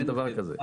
אין דבר כזה.